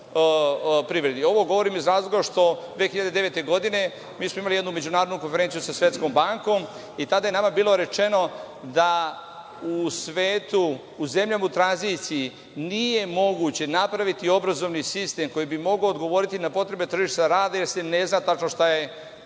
Ovo govorim iz razloga što 2009. godine mi smo imali jednu međunarodnu konferenciju sa Svetskom bankom i tada je nama bilo rečeno da u svetu, u zemljama u tranziciji nije moguće napraviti obrazovni sistem koji bi mogao odgovoriti na potrebe tržišta rada i da se ne zna tačno šta je